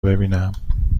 ببینم